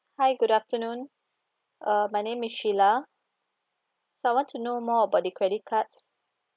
hi good afternoon uh my name is shila I want to know more about the credit cards